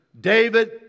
David